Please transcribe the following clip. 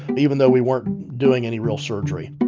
but even though we weren't doing any real surgery